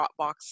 Dropbox